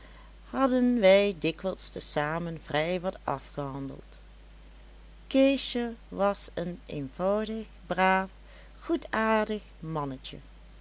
hadden wij dikwijls te zamen vrij wat afgehandeld keesje was een eenvoudig braaf goedaardig mannetje